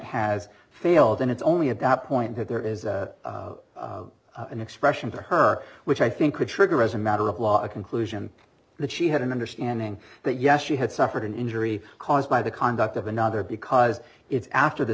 has failed and it's only at that point that there is an expression for her which i think could trigger as a matter of law a conclusion that she had an understanding that yes she had suffered an injury caused by the conduct of another because it's after the